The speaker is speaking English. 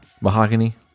Mahogany